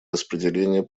распределение